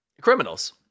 criminals